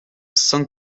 cent